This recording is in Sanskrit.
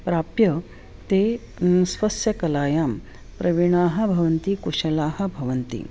प्राप्य ते स्वस्य कलायां प्रवीणाः भवन्ति कुशलाः भवन्ति